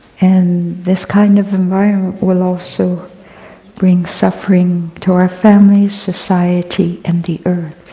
and this kind of environment will also bring suffering to our families, society and the earth.